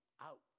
out